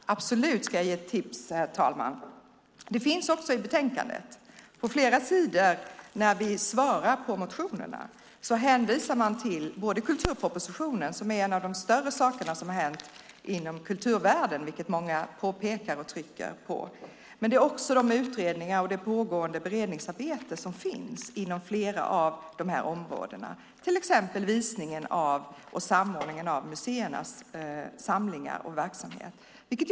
Herr talman! Ja, jag ska absolut ge ett tips. På flera sidor i betänkandet där vi besvarar motionerna hänvisas det till kulturpropositionen, som är en av de större sakerna som hänt inom kulturvärlden, vilket många pekar på och trycker på. Det står också om utredningar och om det beredningsarbete som pågår inom flera områden. Till exempel gäller det visningen av museernas samlingar och samordningen av museernas verksamhet.